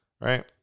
right